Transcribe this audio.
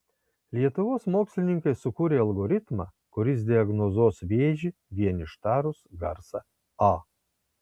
lietuvos mokslininkai sukūrė algoritmą kuris diagnozuos vėžį vien ištarus garsą a